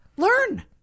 learn